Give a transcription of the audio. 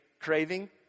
Craving